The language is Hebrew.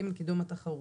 (ג)קידום התחרות.